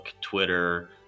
Twitter